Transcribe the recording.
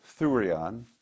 thurion